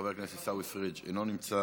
חבר הכנסת עיסאווי פריג' אינו נמצא,